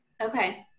Okay